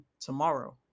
tomorrow